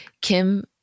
Kim